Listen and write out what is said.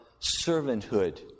servanthood